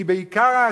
כי בעיקר,